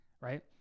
right